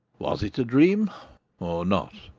was it a dream or not?